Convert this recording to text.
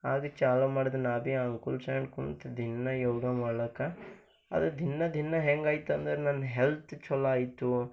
ಆಗ ಚಾಲು ಮಾಡ್ದೆ ನಾ ಬಿ ಕುಲ್ಸನ್ನ ಕುಂತು ದಿನ ಯೋಗ ಮಾಡ್ಲಾಕೆ ಅದು ದಿನ ದಿನ ಹೆಂಗಾಯ್ತಂದರೆ ನನ್ನ ಹೆಲ್ತ್ ಛಲೋ ಆಯಿತು